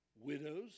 widows